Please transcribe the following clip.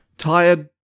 tired